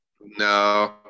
No